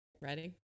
Ready